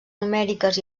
numèriques